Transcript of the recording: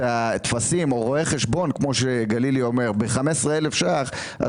הטפסים או רואה חשבון כמו שגלילי אומר ולשלם לו 15 אלף שקלים,